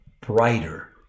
brighter